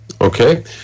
okay